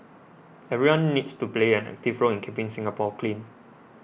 everyone needs to play an active role in keeping Singapore clean